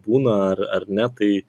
būna ar ar ne tai